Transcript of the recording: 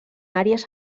àrees